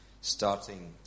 starting